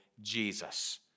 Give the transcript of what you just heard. Jesus